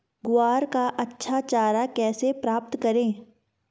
ग्वार का अच्छा चारा कैसे प्राप्त करें?